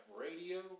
radio